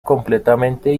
completamente